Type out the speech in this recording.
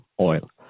oil